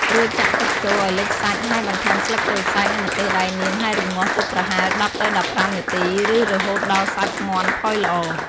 រួចចាក់ទឹកចូលឱ្យលិចសាច់ ហើយបន្ថែមស្លឹកក្រូចសើច និងម្ទេសដៃនាង ហើយរម្ងាស់ទុកប្រហែល ១០ទៅ១៥ នាទី ឬរហូតដល់សាច់មាន់ផុយល្អ។